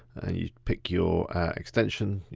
you pick your extension.